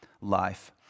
life